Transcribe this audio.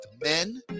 men